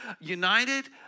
united